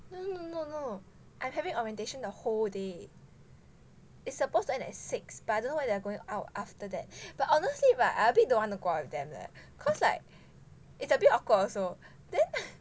no no no no I'm having orientation the whole day it's supposed to end at six but don't know whether they are going out after that but honestly [right] I a bit don't want to go out with them leh cause like it's a bit awkward also then